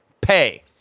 pay